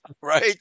right